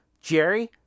Jerry